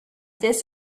this